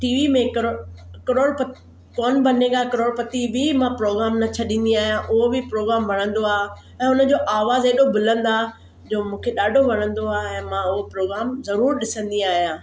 TV में करोड़ करोड़ कौन बनेगा करोड़पति बि मां प्रोग्राम न छॾींदी आहियां उहो बि प्रोग्राम वणंदो आहे ऐं हुन जो आवाज़ु हेॾो बुलंद आहे जो मूंखे ॾाढो वणंदो आहे ऐं मां हू प्रोग्राम ज़रूरु ॾिसंदी आहियां